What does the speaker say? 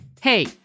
Hey